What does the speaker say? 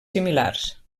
similars